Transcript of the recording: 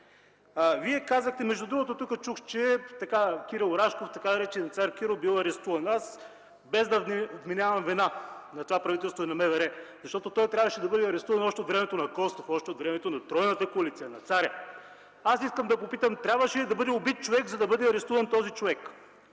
малцинствата? Между другото, тук чух, че Кирил Рашков, така нареченият цар Киро, бил арестуван. Без да вменявам вина на това правителство и на МВР, защото той трябваше да бъде арестуван още от времето на Костов, още от времето на тройната коалиция, на царя, аз искам да попитам: трябваше ли да бъде убит човек, за да бъде арестуван този човек?